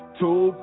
two